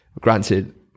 granted